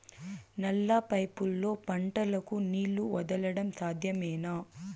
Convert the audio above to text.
నల్ల పైపుల్లో పంటలకు నీళ్లు వదలడం సాధ్యమేనా?